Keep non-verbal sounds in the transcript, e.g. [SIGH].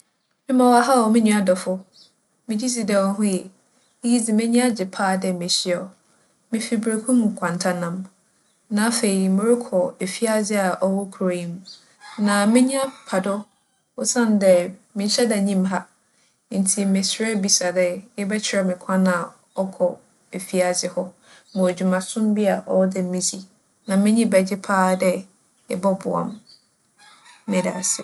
Mema wo aha oo, mo nua dͻfo Megye dzi dɛ wo ho ye? M'enyi agye paa dɛ mehyia wo. Mifi Brekum nkwanta nam, na afei morokͻ efiadze a ͻwͻ kurow yi mu. Na m'enyi apa do osiandɛ mennhyɛ da nnyim ha ntsi meserɛ bisa dɛ ebɛkyerɛ me kwan a ͻkͻ efiadze hͻ. Mowͻ dwumason bi a ͻwͻ dɛ midzi, na m'enyi bɛgye paa dɛ ebͻboa me. [NOISE] Meda ase.